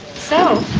so